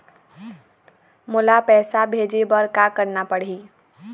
मोला पैसा भेजे बर का करना पड़ही?